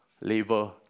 labor